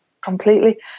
completely